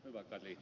hyvä peli